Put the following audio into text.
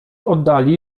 oddali